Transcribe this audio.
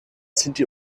sinti